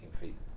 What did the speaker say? feet